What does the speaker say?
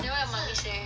then what mummy say